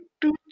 two